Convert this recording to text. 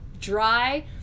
Dry